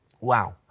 Wow